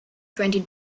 twenty